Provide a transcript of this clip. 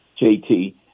JT